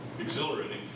exhilarating